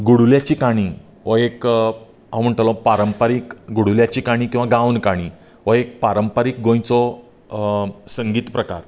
गुडूल्यांची काणी हो एक हांव म्हणटलो पारंपारिक गुडूल्याची काणी किंवां गावून काणी पारंपारिक गोंयचो संगीत प्रकार